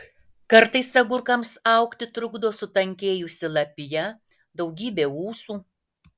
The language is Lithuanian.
kartais agurkams augti trukdo sutankėjusi lapija daugybė ūsų